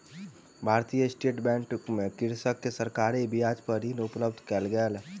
भारतीय state bank मे कृषक के सरकारी ब्याज पर ऋण उपलब्ध कयल गेल